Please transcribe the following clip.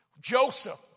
Joseph